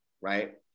right